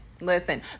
listen